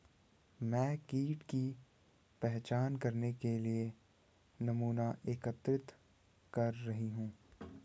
मैं कीट की पहचान करने के लिए नमूना एकत्रित कर रही हूँ